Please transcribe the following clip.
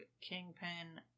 kingpin